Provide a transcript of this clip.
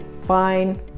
Fine